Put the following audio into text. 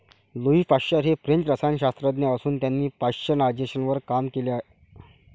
Louis Pasteur हे French रसायनशास्त्रज्ञ असून त्यांनी पाश्चरायझेशनवर काम केले